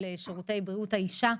של שירותי בריאות האישה.